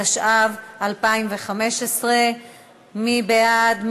התשע"ו 2015. מי בעד?